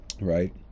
Right